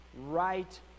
right